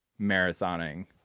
marathoning